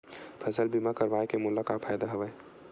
फसल बीमा करवाय के मोला का फ़ायदा हवय?